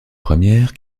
première